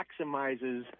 maximizes